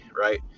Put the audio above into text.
right